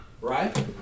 right